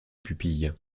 pupilles